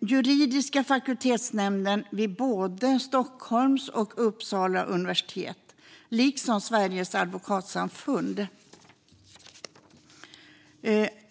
Juridiska fakultetsnämnden vid både Stockholms och Uppsala universitet, liksom Sveriges advokatsamfund,